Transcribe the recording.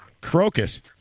Crocus